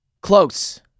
close